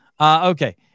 Okay